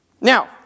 Now